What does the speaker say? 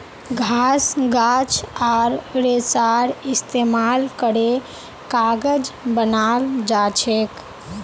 घास गाछ आर रेशार इस्तेमाल करे कागज बनाल जाछेक